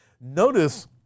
Notice